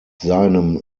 seinem